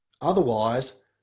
otherwise